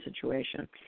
situation